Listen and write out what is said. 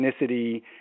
ethnicity